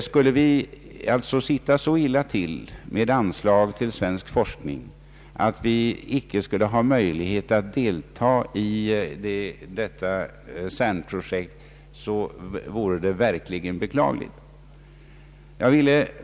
Skulle vi alltså sitta så illa till med anslag till svensk forskning att vi icke skulle ha möjlighet att delta i detta CERN-projekt vore det verkligen beklagligt.